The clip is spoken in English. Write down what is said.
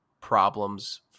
problems